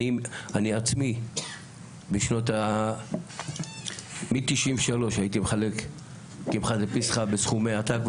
אני עצמי מ-93 הייתי מחלק קמחא דפסחא בסכומי ענק,